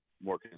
more